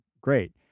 Great